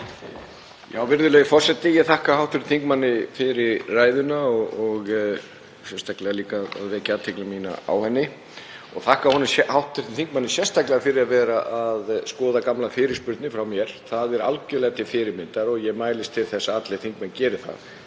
Virðulegi forseti. Ég þakka hv. þingmanni fyrir ræðuna og fyrir að vekja athygli mína á henni og þakka hv. þingmanni sérstaklega fyrir að skoða gamlar fyrirspurnir frá mér. Það er algerlega til fyrirmyndar og ég mælist til þess að allir þingmenn geri það,